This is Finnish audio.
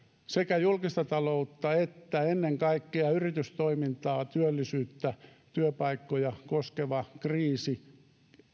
sekä julkista taloutta että ennen kaikkea yritystoimintaa työllisyyttä ja työpaikkoja koskeva kriisi